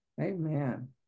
Amen